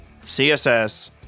CSS